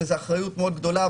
וזו אחריות מאוד גדולה,